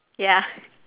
ya